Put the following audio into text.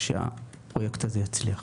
שהפרויקט יצליח.